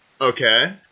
Okay